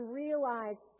realize